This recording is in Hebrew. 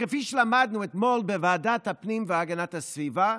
וכפי שלמדנו אתמול בוועדת הפנים והגנת הסביבה,